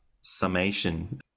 summation